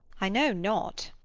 i know not.